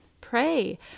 pray